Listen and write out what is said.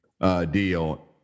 deal